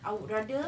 I would rather